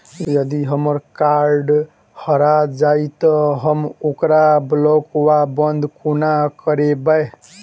यदि हम्मर कार्ड हरा जाइत तऽ हम ओकरा ब्लॉक वा बंद कोना करेबै?